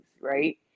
right